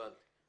הבנתי.